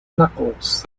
knuckles